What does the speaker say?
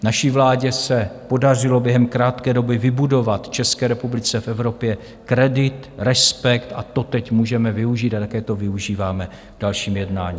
Naší vládě se podařilo během krátké doby vybudovat České republice v Evropě kredit, respekt a to teď můžeme využít a také to využíváme k dalším jednáním.